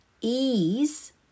ease